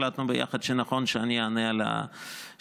החלטנו ביחד שנכון שאני אענה על השאלה.